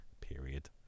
period